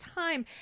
time